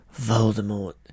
Voldemort